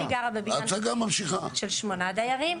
אני גרה בבניין של שמונה דיירים,